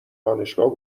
دانشگاه